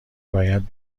باید